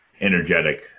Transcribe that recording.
energetic